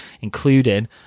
including